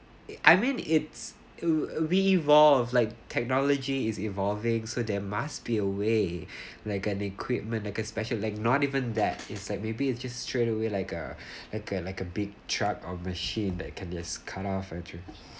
I mean it's we revolve like technology is evolving so there must be a way like an equipment like a special like not even that it's like maybe it's just straight away like uh like a like a big truck or machine that can just cut off a tree